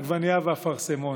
עגבנייה ואפרסמון,